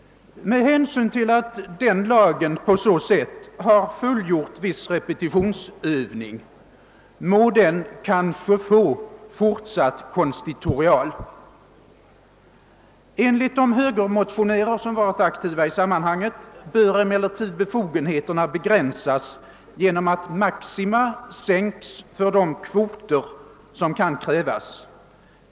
Med hänsyn till att den lagen på så sätt har fullgjort viss repetitionsövning må den kan ske få fortsatt konstitutorial. Enligt de högermotionärer som varit aktiva i sammanhanget bör emellertid befogenheterna begränsas genom att maxima sänks för de kvoter som kan krävas.